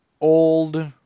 old